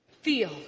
feel